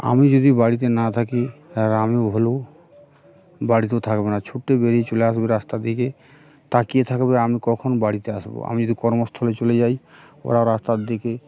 আমি যদি বাড়িতে না থাকি রামু ভুলু বাড়িতে থাকব না ছুট্টে বেরিয়ে চলে আসবে রাস্তার দিকে তাকিয়ে থাকবে আমি কখন বাড়িতে আসবো আমি যদি কর্মস্থলে চলে যাই ওরা রাস্তার দিকে